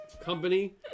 company